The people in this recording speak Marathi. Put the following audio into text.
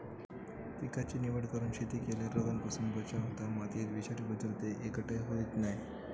पिकाची निवड करून शेती केल्यार रोगांपासून बचाव होता, मातयेत विषारी पदार्थ एकटय होयत नाय